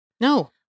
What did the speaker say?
No